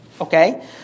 Okay